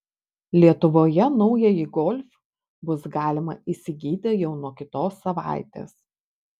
lietuvoje naująjį golf bus galima įsigyti jau nuo kitos savaitės